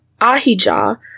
Ahijah